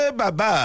baba